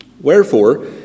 Wherefore